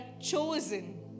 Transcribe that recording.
chosen